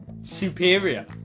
superior